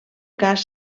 cas